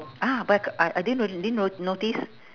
ah but I ca~ I I didn't really didn't no~ notice